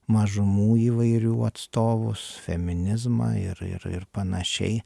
mažumų įvairių atstovus feminizmą ir ir ir panašiai